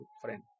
friend